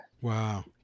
Wow